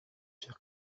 cher